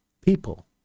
people